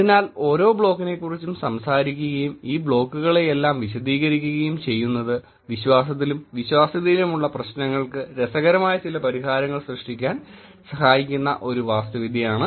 അതിനാൽ ഓരോ ബ്ലോക്കിനെക്കുറിച്ചും സംസാരിക്കുകയും ഈ ബ്ലോക്കുകളെയെല്ലാം വിശദീകരിക്കുകയും ചെയ്യുന്നത് വിശ്വാസത്തിലും വിശ്വാസ്യതയിലുമുള്ള പ്രശ്നങ്ങൾക്ക് രസകരമായ ചില പരിഹാരങ്ങൾ സൃഷ്ടിക്കാൻ സഹായിക്കുന്ന ഒരു വാസ്തുവിദ്യയാണ്